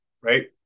right